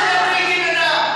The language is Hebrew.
אל תדברי אתי בדם.